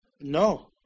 no